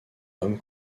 homme